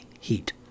heat